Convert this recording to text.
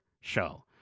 show